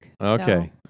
Okay